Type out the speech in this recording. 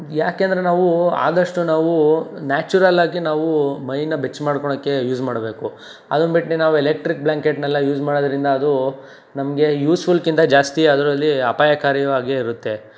ಯಾಕೆಂದರೆ ನಾವು ಆದಷ್ಟು ನಾವು ನ್ಯಾಚುರಲ್ಲಾಗಿ ನಾವು ಮೈನ ಬೆಚ್ಚ ಮಾಡ್ಕೊಳಕ್ಕೆ ಯೂಸ್ ಮಾಡಬೇಕು ಅದನ್ನು ಬಿಟ್ಟು ನಾವು ಎಲೆಕ್ಟ್ರಿಕ್ ಬ್ಲ್ಯಾಂಕೆಟ್ನೆಲ್ಲ ಯೂಸ್ ಮಾಡೋದ್ರಿಂದ ಅದು ನಮಗೆ ಯೂಸ್ಫುಲ್ಕ್ಕಿಂತ ಜಾಸ್ತಿ ಅದರಲ್ಲಿ ಅಪಾಯಕಾರಿಯೂ ಆಗಿ ಇರುತ್ತೆ